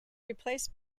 replaced